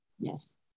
Yes